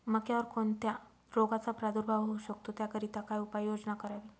मक्यावर कोणत्या रोगाचा प्रादुर्भाव होऊ शकतो? त्याकरिता काय उपाययोजना करावी?